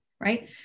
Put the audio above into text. right